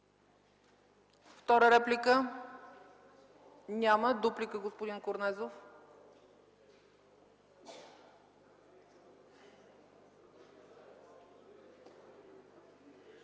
Втора реплика? Няма. Дуплика, господин Корнезов.